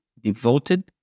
devoted